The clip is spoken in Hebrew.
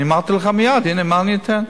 אני אמרתי לך מייד, הנה מה אני אתן.